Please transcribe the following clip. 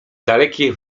dalekie